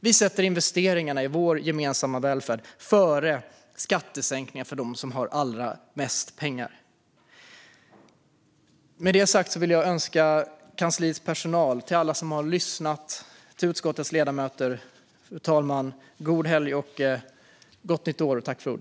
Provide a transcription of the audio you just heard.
Vi sätter investeringarna i vår gemensamma välfärd före skattesänkningar för dem som har allra mest pengar. Med det sagt vill jag önska kansliets personal, alla som har lyssnat, utskottets ledamöter och talmannen god helg och gott nytt år.